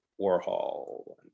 Warhol